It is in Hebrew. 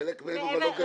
חלק מהם לא גרים בעיר.